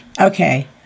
okay